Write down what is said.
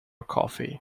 coffee